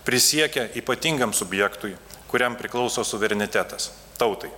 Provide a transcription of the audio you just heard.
prisiekia ypatingam subjektui kuriam priklauso suverenitetas tautai